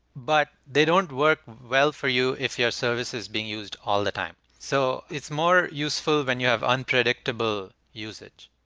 but they don't work well for you if your service is being used all the time. so it's more useful when you have unpredictable usage.